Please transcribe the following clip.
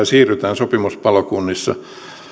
siirrytään sopimuspalokunnissa